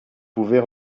pouvez